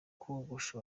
kogosha